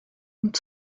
und